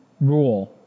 rule